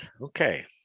okay